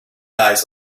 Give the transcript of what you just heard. eyes